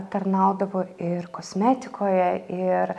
tarnaudavo ir kosmetikoje ir